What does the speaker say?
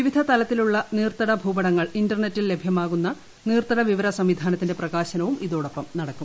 വിവിധ തലത്തിലുള്ള നീർത്തട ഭൂപടങ്ങൾ ഇന്റർനെറ്റിൽ ലഭ്യമാകുന്ന നീർത്തട വിവര സംവിധാനത്തിന്റെ പ്രകാശനവും ഇതൊടൊപ്പം നടക്കും